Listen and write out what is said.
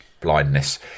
blindness